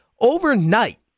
Overnight